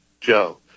Joe